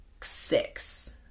six